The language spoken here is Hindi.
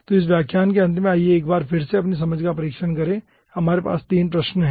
तो इस व्याख्यान के अंत में आइए एक बार फिर से अपनी समझ का परीक्षण करें हमारे पास यहाँ 3 प्रश्न हैं